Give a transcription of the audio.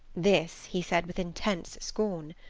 this he said with intense scorn.